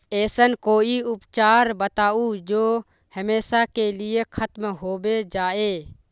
ऐसन कोई उपचार बताऊं जो हमेशा के लिए खत्म होबे जाए?